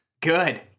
Good